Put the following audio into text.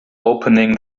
opening